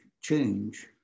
change